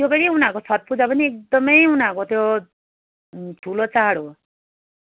त्यो पनि उनीहरूको छट पूजा पनि एकदम उनीहरूको त्यो ठुलो चाड हो